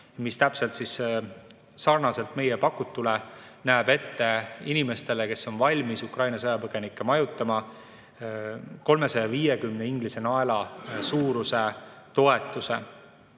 Ukraine, mis sarnaselt meie pakutuga näeb ette inimestele, kes on valmis Ukraina sõjapõgenikke majutama, 350 Inglise naela suuruse toetuse.